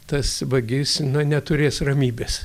tas vagis na neturės ramybės